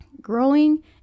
growing